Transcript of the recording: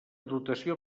dotació